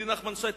ידידי נחמן שי,